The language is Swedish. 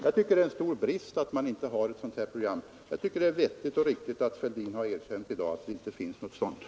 Jag tycker att det är en stor brist att centern inte har ett sådant program, och jag tycker det är vettigt och riktigt att herr Fälldin i dag har erkänt att man inte har något trafikpolitiskt program.